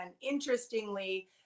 interestingly